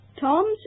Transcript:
Tom's